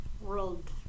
World